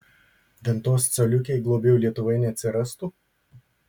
ventos coliukei globėjų lietuvoje neatsirastų